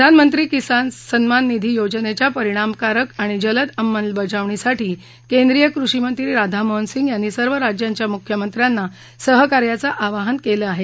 प्रधानमंत्री किसान सन्मान निधी योजनेच्या परिणामकारक आणि जलद अंमलबजावणीसाठी केंद्रीय कृषिमंत्री राधामोहन सिंह यांनी सर्व राज्यांच्या मुख्यमंत्र्यांना सहकार्याचं आवाहन केलं आहे